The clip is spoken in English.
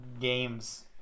games